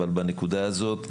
אבל בנקודה הזאת,